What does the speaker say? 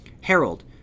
Harold